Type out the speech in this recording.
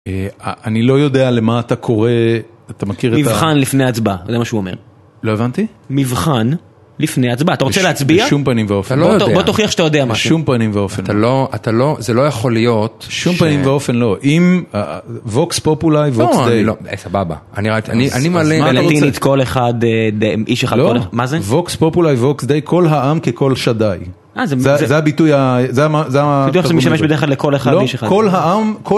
אה אני לא יודע למה אתה קורא, אתה מכיר את? מבחן לפני הצבעה, זה מה שהוא אומר. לא הבנתי. מבחן. לפני הצבעה אתה רוצה לצביע? בשום פנים ואופן. בוא תוכיח שאתה יודע. אבל בשום פנים והאופן אתה לא... אתה לא, זה לא יכול להיות ש... שום פנים והאופן לא. אם ה? ווקס פופולאי ווקס דיי... נו אני סבבה . אני מה להם. אז מה אתה רוצה? מלטינית כל אחד אה... לא, ווקס פופולאי, ווקס דיי, כל העם ככל שדאי, זה הביטוי, זה מה, זה מה, זה משמש בדרך כל אחד ואיש אחד, לא, כל העם, כל